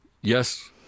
Yes